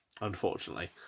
unfortunately